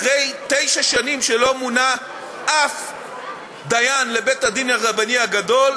אחרי תשע שנים שלא מונה אף דיין אחד לבית-הדין הרבני הגדול,